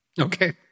Okay